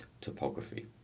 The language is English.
topography